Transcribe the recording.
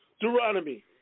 Deuteronomy